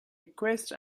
request